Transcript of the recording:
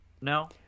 No